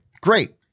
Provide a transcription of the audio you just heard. Great